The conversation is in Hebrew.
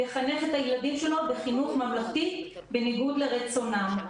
יחנך את הילדים שלו בחינוך ממלכתי בניגוד לרצונו.